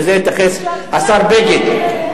לזה התייחס השר בגין.